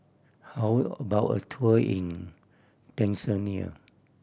how about a tour in Tanzania